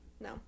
no